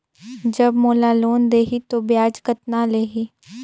जब मोला लोन देही तो ब्याज कतना लेही?